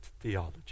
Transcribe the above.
theology